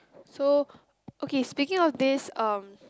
so okay speaking of this um